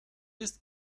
ist